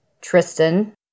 Tristan